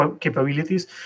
capabilities